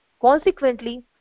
Consequently